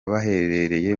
bahereye